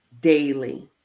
daily